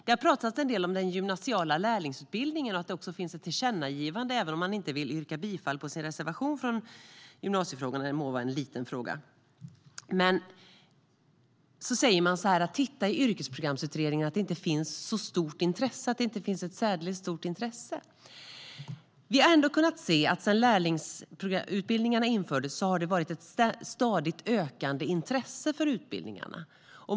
Det har talats en del om den gymnasiala lärlingsutbildningen, där det också finns ett tillkännagivande, även om man inte vill yrka bifall till sin reservation. Det må vara en liten fråga. Sedan hänvisar man till Yrkesprogramsutredningen, där det hävdas att det inte finns något särdeles stort intresse. Sedan lärlingsutbildningarna infördes har vi dock kunnat se ett stadigt ökande intresse för dessa utbildningar.